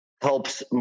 helps